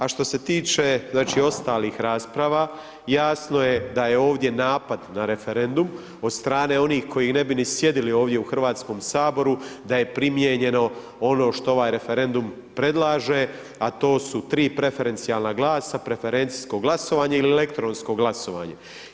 A što se tiče znači ostalih rasprava, jasno je da je ovdje napad na referendum od strane onih koji ne bi sjedili ovdje u Hrvatskom saboru da je primijenjeno ono što ovaj referendum predlaže a to su 3 preferencijalna glasa, preferencijsko glasovanje ili elektronsko glasovanje.